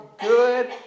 good